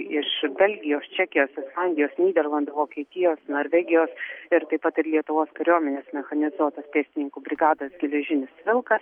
iš belgijos čekijos anglijos nyderlandų vokietijos norvegijos ir taip pat ir lietuvos kariuomenės mechanizuotos pėstininkų brigados geležinis vilkas